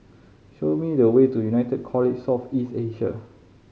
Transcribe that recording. show me the way to United College South East Asia